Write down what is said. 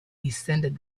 descended